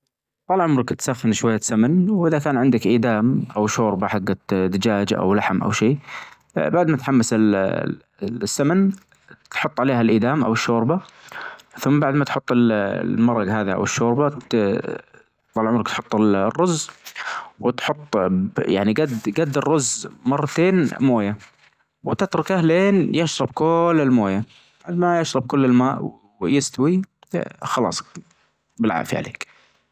طال عمرك تسخن شوية سمن وإذا كان عندك إيدام أو شوربة حقت دچاچ أو لحم أو شي، بعد ما تحمس ال-ال-السمن تحط عليها الإيدام أو الشوربة ثم بعد ما تحط ال-المرج هذا أو الشوربة طال عمرك تحط الرز وتحطه يعني جد-جد مرتين موية وتتركه لأن يشرب كل الموية، بعد ما يشرب كل الماء ويستوي خلاص بالعافية عليك